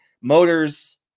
motors